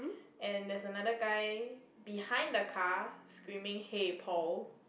and there's another guy behind the car screaming hey Paul